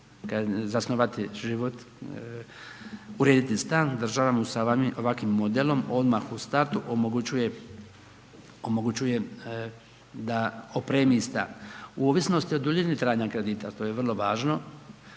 zasnovati život, urediti stan, država mu sa ovakvim modelom odmah u startu omogućuje da opremi stan. U ovisnosti o duljini trajanja kredita, to je vrlo važno,